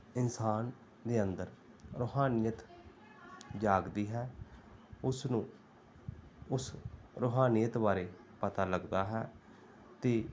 ਇਨਸਾਨ ਦੇ ਅੰਦਰ ਰੂਹਾਨੀਅਤ ਜਾਗਦੀ ਹੈ ਉਸ ਨੂੰ ਉਸ ਰੂਹਾਨੀਅਤ ਬਾਰੇ ਪਤਾ ਲੱਗਦਾ ਹੈ ਅਤੇ